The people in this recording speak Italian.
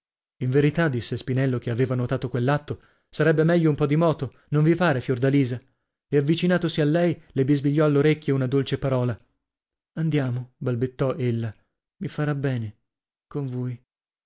in verità disse spinello che aveva notato quell'atto sarebbe meglio un po di moto non vi pare fiordalisa e avvicinatosi a lei le bisbigliò all'orecchio una dolce parola andiamo balbettò ella mi farà bene con voi